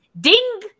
Ding